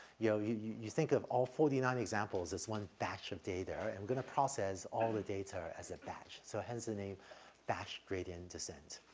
you know, you you you think of all for forty nine examples as one batch of data, i'm gonna process all the data as a batch, so hence the name batch gradient descent.